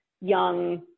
young